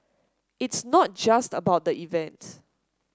it's not just about the event